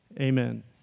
amen